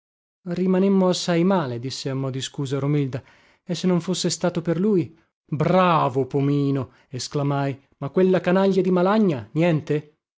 certo rimanemmo assai male disse a mo di scusa romilda e se non fosse stato per lui bravo pomino esclamai ma quella canaglia di malagna niente